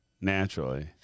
naturally